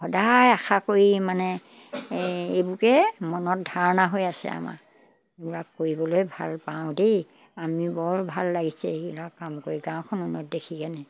সদায় আশা কৰি মানে এই এইবোৰকে মনত ধাৰণা হৈ আছে আমাৰ এইবিলাক কৰিবলৈ ভাল পাওঁ দেই আমি বৰ ভাল লাগিছে এইবিলাক কাম কৰি গাঁওখন উন্নত দেখি কেনে